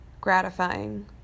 gratifying